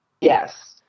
Yes